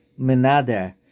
minader